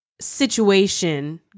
situation